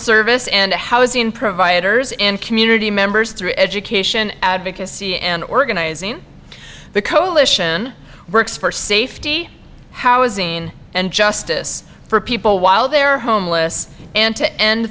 service and housing providers and community members through education advocacy and organizing the coalition works for safety housing and justice for people while they're homeless and to end